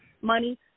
money